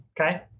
Okay